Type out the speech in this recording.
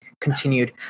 continued